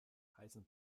heißen